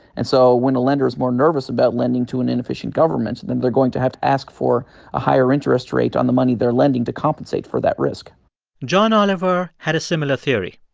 and so when a lender is more nervous about lending to an inefficient government, then they're going to have to ask for a higher interest rate on the money they're lending to compensate for that risk john oliver had a similar theory,